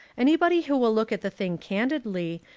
anybody who will look at the thing candidly,